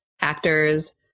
actors